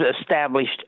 established